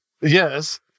Yes